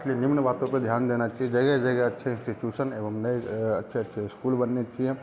इसलिए निम्न बातों पर ध्यान देना चाहिए जगह जगह अच्छे इंस्टीट्यूशन एवम नए अच्छे अच्छे स्कूल बनने चिए